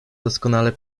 doskonale